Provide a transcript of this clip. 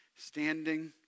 Standing